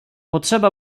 potrzeba